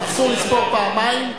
אסור לספור פעמיים,